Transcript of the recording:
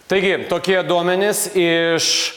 taigi tokie duomenys iš